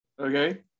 okay